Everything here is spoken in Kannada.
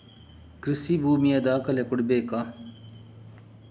ಕೃಷಿ ಭೂಮಿಯ ದಾಖಲೆ ಕೊಡ್ಬೇಕಾ?